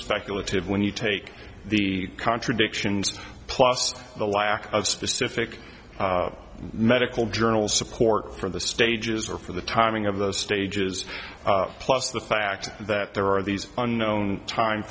speculative when you take the contradictions plus the lack of specific medical journals support for the stages or for the timing of those stages plus the fact that there are these unknown time